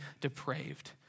depraved